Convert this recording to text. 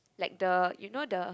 like the you know the